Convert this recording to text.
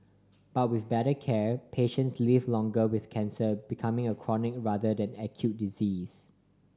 but with better care patients live longer with cancer becoming a chronic rather than acute disease